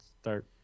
start